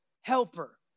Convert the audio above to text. helper